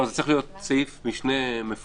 זה צריך להיות סעיף משנה מפורש.